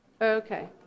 Okay